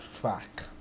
track